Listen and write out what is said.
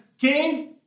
Cain